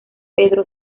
pedro